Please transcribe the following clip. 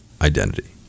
identity